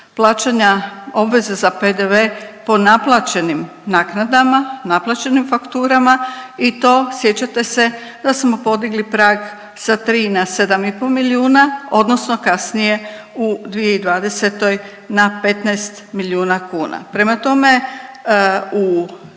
plaćanja obveze za PDV po naplaćenim naknadama, naplaćenim fakturama i to sjećate se da smo podigli prag sa 3 na 7,5 milijuna odnosno kasnije u 2020. na 15 milijuna kuna. Prema tome, u